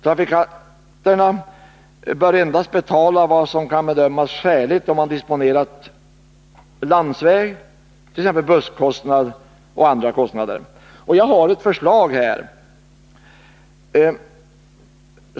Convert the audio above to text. Trafikanterna bör endast betala vad som kan bedömas skäligt, exempelvis en kostnad som motsvarar den man skulle ha om man utnyttjat transport per landsväg, t.ex. kostnad för busstransport och liknande. Jag har ett förslag i det här avseendet.